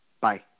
Bye